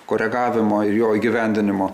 koregavimo ir jo įgyvendinimo